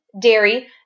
dairy